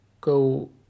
go